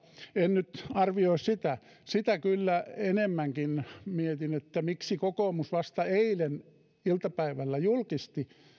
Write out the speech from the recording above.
en nyt arvioi sitä sitä kyllä enemmänkin mietin miksi kokoomus vasta eilen iltapäivällä julkisti